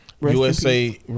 USA